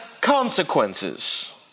consequences